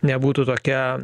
nebūtų tokia